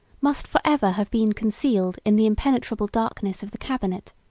must forever have been concealed in the impenetrable darkness of the cabinet,